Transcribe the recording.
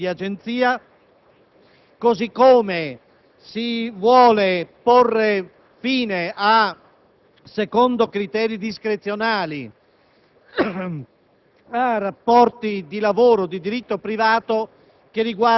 perché questi commi prevedono addirittura due misure *contra personam,* rivolte cioè verso due identificati direttori di agenzia,